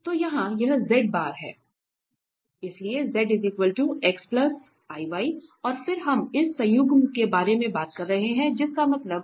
तो यहाँ यह है इसलिए और फिर हम इस संयुग्म के बारे में बात कर रहे हैं जिसका मतलब है